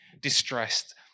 distressed